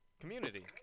community